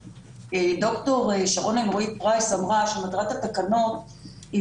דוקטור שרון אלרעי פרייס אמרה שמטרת התקנות היא